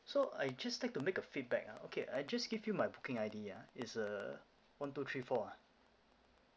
so I just like to make a feedback ah okay I just give you my booking I_D ah it's uh one two three four ah